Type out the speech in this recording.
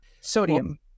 sodium